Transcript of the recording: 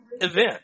event